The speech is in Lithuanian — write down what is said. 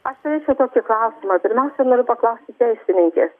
aš turųčiau tokį klausimą pirmiausia noriu paklausti teisininkės